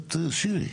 הכנסת שירי.